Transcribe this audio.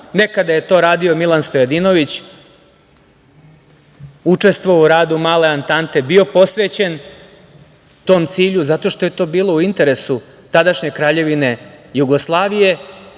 Nekada je to radio Milan Stojadinović, učestvovao u radu Male Antante, bio posvećen tom cilju zato što je to bilo u interesu tadašnje Kraljevine Jugoslavije. Smatram